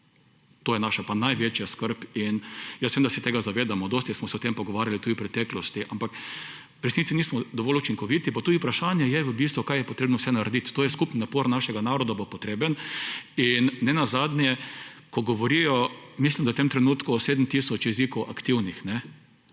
To je naša največja skrb in vem, d se tega zavedamo, dosti smo se o tem pogovarjali tudi v preteklosti, ampak v resnici nismo dovolj učinkoviti pa tudi vprašanje je v bistvu kaj je potrebno vse narediti. to je skupen napor našega naroda bo potreben in nenazadnje, ko govorijo, mislim da v tem trenutku 7 tisoč jezikov aktivnih,